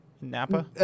Napa